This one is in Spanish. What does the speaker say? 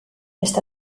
está